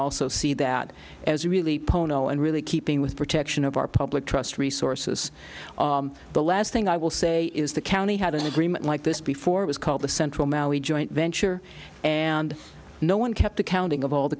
also see that as really pono and really keeping with protection of our public trust resources the last thing i will say is the county had an agreement like this before was called the central valley joint venture and no one kept accounting of all the